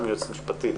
גם יועצת משפטית,